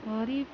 غریب